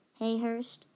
Hayhurst